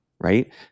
right